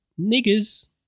niggers